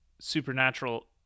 supernatural